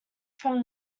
from